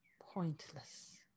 pointless